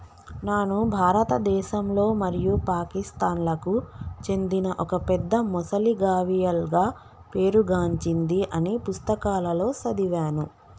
నాను భారతదేశంలో మరియు పాకిస్తాన్లకు చెందిన ఒక పెద్ద మొసలి గావియల్గా పేరు గాంచింది అని పుస్తకాలలో సదివాను